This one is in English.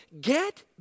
get